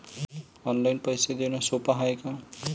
Online पैसे देण सोप हाय का?